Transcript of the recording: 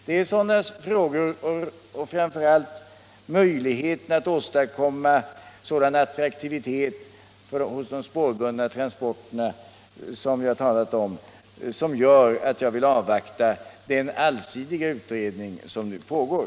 Det är sådana frågor, liksom möjligheterna att åstadkomma sådan at fordonslängder Göta kanal traktivitet hos de spårbundna transporterna, som jag talat om, som gör att jag vill avvakta den allsidiga utredning som nu pågår.